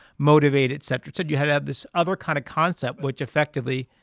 motivated, etc. instead, you had to have this other kind of concept, which effectively,